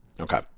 Okay